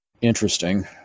Interesting